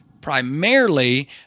Primarily